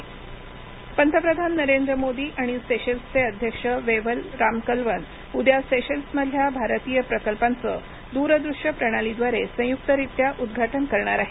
Bharat Seychelles पंतप्रधान नरेंद्र मोदी आणि सेशेल्सचे अध्यक्ष वेव्हल रामकलवन उद्या सेशेल्समधल्या भारतीय प्रकल्पांचं दूरदृश्य प्रणालीद्वारे संयुक्तरीत्या उद्घाटन करणार आहेत